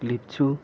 लिप्छु